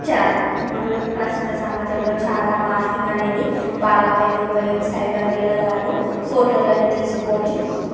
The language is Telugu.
ఇప్పుడు ప్రస్తుత సమాజంలో చాలా మార్ఫింగ్ అనేది బాగా పెరిగిపోయింది సైబర్ నేరగాళ్ళు ఫోటోలని తీసుకుని